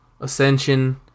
ascension